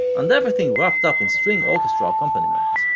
and everything wrapped up in string orchestra accompaniment,